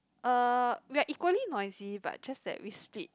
uh we are equally noisy but just that we split